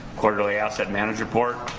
quarterly asset management report,